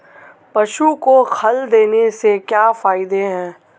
पशु को खल देने से क्या फायदे हैं?